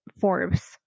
Forbes